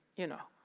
you know,